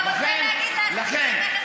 אתה רוצה להגיד לעסקים איך צריך לנהל את העסק שלהם.